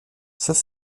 saint